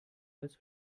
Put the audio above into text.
als